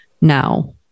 now